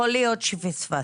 יכול להיות שפספסתי.